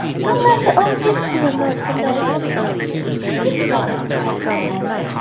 you let the old gipsy alone for knowing a prince when she sees one she would say,